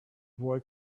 boy